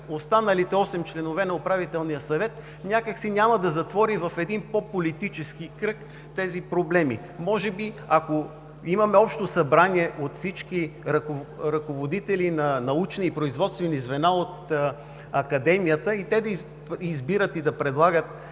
останалите 8 членове на Управителния съвет, някак си няма да затвори в един по-политически кръг тези проблеми. Може би, ако има общо събрание от всички ръководители на научни и производствени звена от Академията и те да избират и предлагат